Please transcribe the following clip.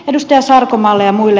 edustaja sarkomaalle ja muille